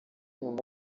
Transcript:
nyuma